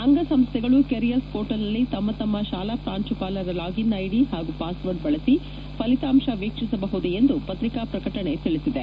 ಅಂಗಸಂಸ್ಥೆಗಳು ಕುಂಯರ್ಸ ಕೊರ್ಸುಲ್ನಲ್ಲಿ ತಮ್ಮ ತಮ್ಮ ಶಾಲಾ ಪಾಂಶುಪಾಲರ ಲಾಗಿನ್ ಐಡಿ ಹಾಗೂ ಪಾಸ್ವರ್ಡ್ ಬಕಸಿ ಫಲಿತಾಂಶ ವೀಕ್ಷಿಸಬಹುದು ಎಂದು ಪತ್ರಿಕಾ ಪ್ರಕಟಣೆ ತಿಳಿಸಿದೆ